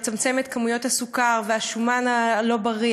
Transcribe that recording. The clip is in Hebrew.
לצמצם את כמויות הסוכר והשומן הלא-בריא,